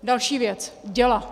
Další věc: děla.